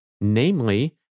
namely